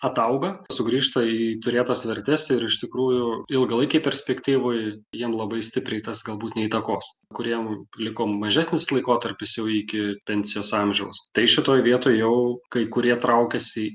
atauga sugrįžta į turėtas vertes ir iš tikrųjų ilgalaikėj perspektyvoj jiem labai stipriai tas galbūt neįtakos kuriem likom mažesnis laikotarpis jau iki pensijos amžiaus tai šitoj vietoj jau kai kurie traukiasi